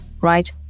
right